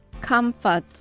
comfort